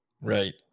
Right